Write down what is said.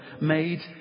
made